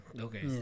Okay